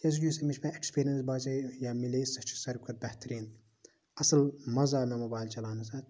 کیٛاز یُس اَمِچ وۅنۍ ایٚکسپیٖریَنس باسیے یا میلے سۄ چھِ سارِوٕے کھۄتہٕ بہتریٖن اَصٕل مَزٕ آو مےٚ موبایل چَلاونَس اَتھ